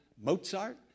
Mozart